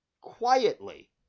quietly